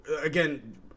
again